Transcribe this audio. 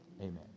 amen